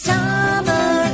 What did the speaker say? Summer